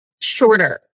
shorter